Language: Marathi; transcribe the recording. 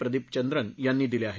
प्रदीप चंद्रन यांनी दिले आहेत